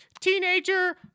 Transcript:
teenager